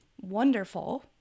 wonderful